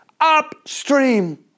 upstream